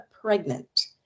pregnant